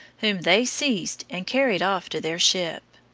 whom they seized and carried off to their ship.